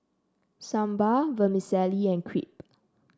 Sambar Vermicelli and Crepe